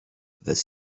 this